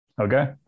Okay